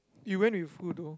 you went with who though